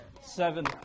seven